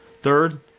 Third